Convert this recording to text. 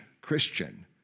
Christian